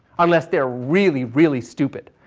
unless they are really, really stupid.